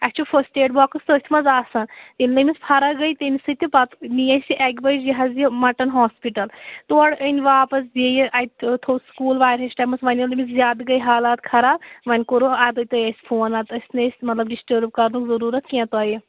اَسہِ چھُ first aid box تٔتھی منٛز آسان ییٚلہِ نہٕ أمِس فرق گٔے تَمہِ سۭتۍ تہٕ پَتہٕ نیی اَسہِ یہِ اَکہِ بَجہِ یہِ حظ یہِ مَٹَن ہاسپِٹَل تورٕ أنۍ واپَس بیٚیہِ اَتہِ تھوٚو سکوٗل واریاہَس ٹایمَس وۅنۍ ییٚلہٕ أمِس زیادٕ گٔے حالات خراب وۅنۍ کوٚروٕ اَدٕ تۄہہِ اَسہِ فون نَتہٕ ٲس نہٕ أسۍ مطلب ڈِشٹٔرٕب کَرنُک ضروٗرَت کیٚنٛہہ تۄہہِ